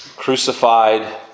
crucified